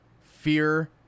fear